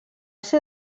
ser